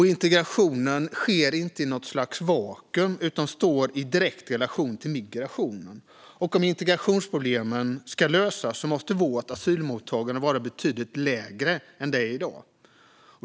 Integrationen sker inte i något slags vakuum utan står i direkt relation till migrationen. Om integrationsproblemen ska lösas måste vårt asylmottagande vara betydligt lägre än det är i dag.